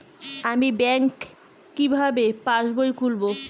আমি ব্যাঙ্ক কিভাবে পাশবই খুলব?